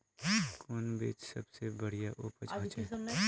कौन बिचन सबसे बढ़िया उपज होते?